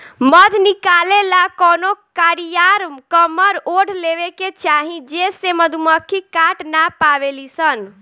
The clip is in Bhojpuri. मध निकाले ला कवनो कारिया कमर ओढ़ लेवे के चाही जेसे मधुमक्खी काट ना पावेली सन